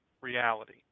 reality